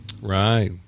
Right